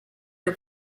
are